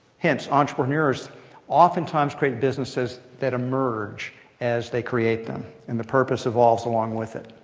hence, entrepreneurs oftentimes create businesses that emerge as they create them. and the purpose evolves along with it.